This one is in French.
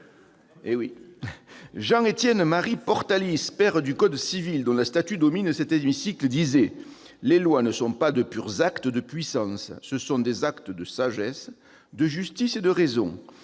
civil, Jean-Étienne-Marie Portalis, dont la statue domine cet hémicycle, disait :« Les lois ne sont pas de purs actes de puissance. Ce sont des actes de sagesse, de justice et de raison.